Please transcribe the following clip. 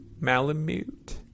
Malamute